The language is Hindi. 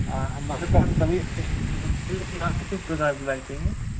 हमारे पास सभी बाइक हैं लेकिन आपको किस प्रकार बाईक चाहिए